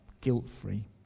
guilt-free